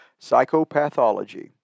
psychopathology